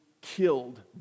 killed